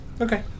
Okay